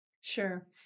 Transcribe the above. Sure